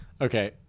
Okay